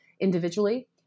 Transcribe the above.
individually